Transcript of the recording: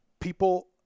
people